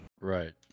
Right